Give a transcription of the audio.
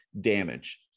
damage